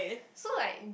so like in the